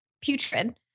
putrid